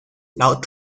laut